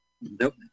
Nope